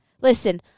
Listen